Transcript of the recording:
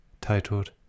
titled